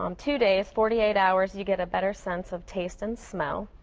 um two days, forty eight hours, you get a better sense of taste and smell